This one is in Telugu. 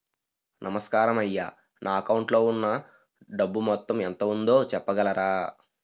నమస్కారం అయ్యా నా అకౌంట్ లో ఉన్నా డబ్బు మొత్తం ఎంత ఉందో చెప్పగలరా?